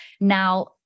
Now